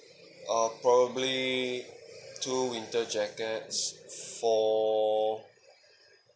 ah probably two winter jackets four